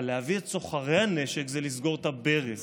אבל להביא את סוחרי הנשק זה לסגור את הברז.